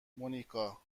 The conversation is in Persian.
مونیکا